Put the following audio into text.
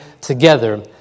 together